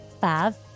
five